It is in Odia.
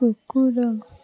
କୁକୁର